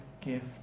gift